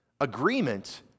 agreement